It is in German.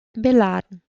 beladen